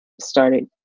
started